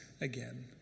again